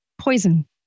Poison